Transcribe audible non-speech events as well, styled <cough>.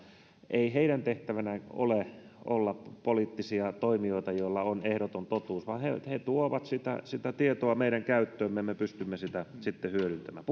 ei heidän tehtävänään ole olla poliittisia toimijoita joilla on ehdoton totuus vaan he tuovat sitä sitä tietoa meidän käyttöömme ja me pystymme sitä sitten hyödyntämään <unintelligible>